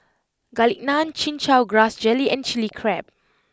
Garlic Naan Chin Chow Grass Jelly and Chili Crab